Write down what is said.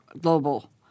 global